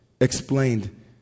explained